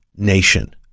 Nation